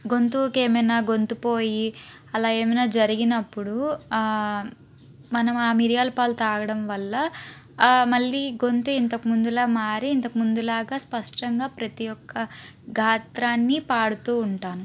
గొంతుకేమైనా గొంతు పోయి అలా ఏమైనా జరిగినప్పుడు మనం ఆ మిరియాలు పాలు తాగడం వల్ల మళ్ళీ గొంతు ఇంతకు ముందులాగా మారి ఇంతకుముందులాగా స్పష్టంగా ప్రతి ఒక్క గాత్రాన్ని పాడుతూ ఉంటాను